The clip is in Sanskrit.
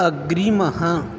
अग्रिमः